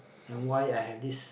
and why I have this